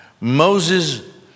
Moses